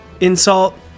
insult